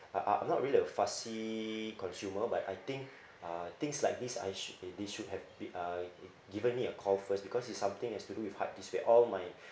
I I'm not really a fussy consumer by I think uh things like this I should be they should have been uh given me a call first because it's something has to do with hard disk where all my